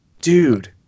dude